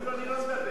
אפילו אני לא מדבר.